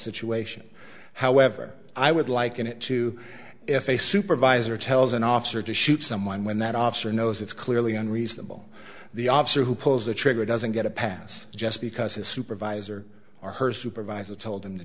situation however i would liken it to if a supervisor tells an officer to shoot someone when that officer knows it's clearly unreasonable the officer who pulls the trigger doesn't get a pass just because his supervisor or her supervisor told him to